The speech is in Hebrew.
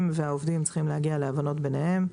והעובדים צריכים להגיע להבנות ביניהם.